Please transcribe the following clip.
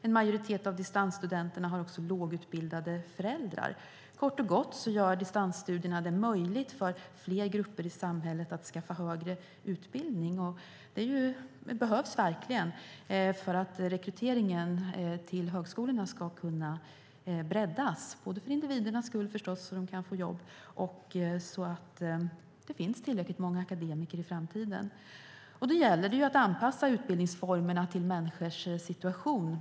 En majoritet av distansstudenterna har lågutbildade föräldrar. Kort och gott gör distansstudierna det möjligt för fler grupper i samhället att skaffa högre utbildning. Det behövs verkligen för att rekryteringen till högskolorna ska kunna breddas, både för individernas skull så att de kan få jobb och för att det ska finnas tillräckligt många akademiker i framtiden. Då gäller det att anpassa utbildningsformerna till människors situation.